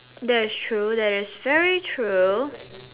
that is true that is very true